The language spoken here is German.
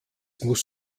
muss